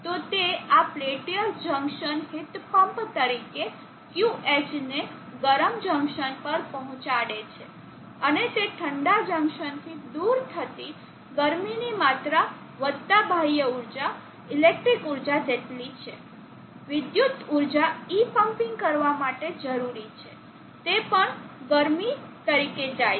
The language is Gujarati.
તો તો આ પેલ્ટીર જંકશન હીટ પમ્પ તરીકે Qh ને ગરમ જંકશન પર પહોંચાડે છે અને તે ઠંડા જંકશનથી દૂર થતી ગરમીની માત્રા વત્તા બાહ્ય ઊર્જા ઇલેક્ટ્રિક ઊર્જા જેટલી છે વિદ્યુત ઊર્જા E પમ્પિંગ કરવા માટે જરૂરી છે તે પણ ગરમી તરીકે જાય છે